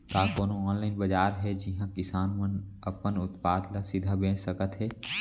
का कोनो अनलाइन बाजार हे जिहा किसान मन अपन उत्पाद ला सीधा बेच सकत हे?